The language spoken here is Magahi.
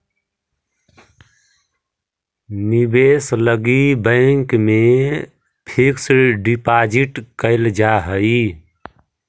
निवेश लगी बैंक में फिक्स डिपाजिट कैल जा हई